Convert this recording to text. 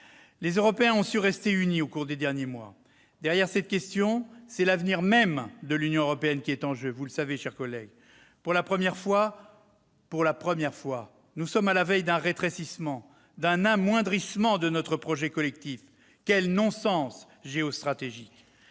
Les Européens ont su rester unis au cours des derniers mois. Derrière cette question, vous le savez, mes chers collègues, c'est l'avenir même de l'Union européenne qui est en jeu. Pour la première fois, nous sommes à la veille d'un rétrécissement, d'un amoindrissement de notre projet collectif. Quel non-sens géostratégique !